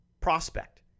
prospect